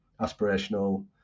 aspirational